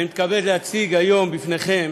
אני מתכבד להציג היום בפניכם